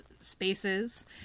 spaces